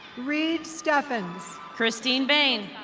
reed stefans. christine bane.